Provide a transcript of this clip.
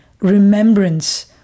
remembrance